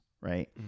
right